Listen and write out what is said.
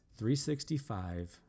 365